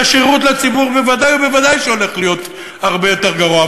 השירות לציבור בוודאי ובוודאי הולך להיות הרבה יותר גרוע.